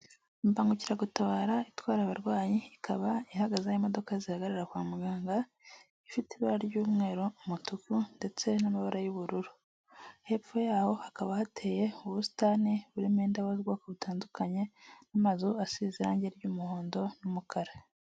Imbangukiragutabara itwara abarwanyi, ikaba ihagaze aho imodoka zihagarara kwa muganga, ifite ibara ry'umweru umutuku ndetse n'amabara y'ubururu, hepfo yaho hakaba hateye ubusitani burimo indabo z'ubwoko butandukanye, n'amazu asize irangi ry'umuhondo n'umukara.